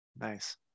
nice